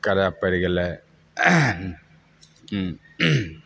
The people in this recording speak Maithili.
करऽ पइड़ गेलै